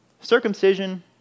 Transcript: circumcision